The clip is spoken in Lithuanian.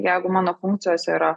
jeigu mano funkcijose yra